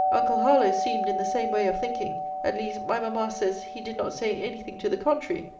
uncle harlowe seemed in the same way of thinking at least, my mamma says he did not say any thing to the contrary.